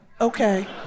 Okay